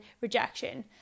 rejection